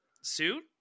suit